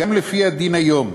גם לפי הדין היום,